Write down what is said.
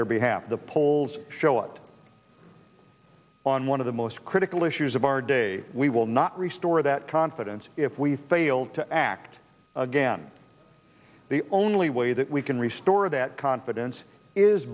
their behalf the polls show it on one of the most critical issues of our day we will not restart that confidence if we fail to act again the only way that we can restore that confidence is